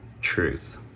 truth